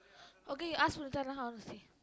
okay you ask Punitha lah I want to see